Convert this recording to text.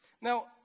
Now